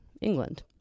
England